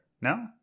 No